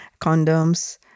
condoms